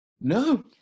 No